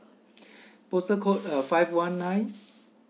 postal code uh five one nine